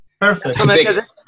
perfect